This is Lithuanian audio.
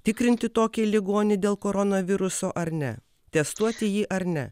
tikrinti tokį ligonį dėl koronaviruso ar ne testuoti jį ar ne